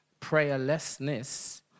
prayerlessness